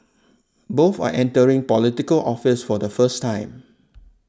both are entering Political Office for the first time